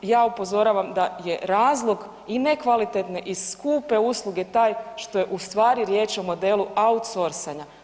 Ja upozoravam da je razlog i ne kvalitetne i skupe usluge taj što je u stvari riječ o modelu outsorsanja.